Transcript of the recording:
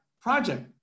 project